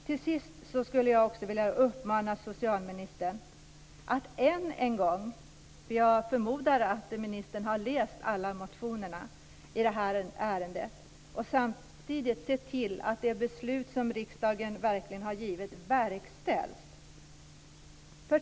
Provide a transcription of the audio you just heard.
Till sist skulle jag än en gång vilja uppmana socialministern att - jag förmodar att ministern har läst alla motionerna i det här ärendet - se till att riksdagens beslut verkligen verkställs.